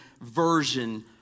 version